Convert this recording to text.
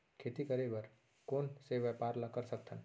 खेती करे बर कोन से व्यापार ला कर सकथन?